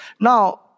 Now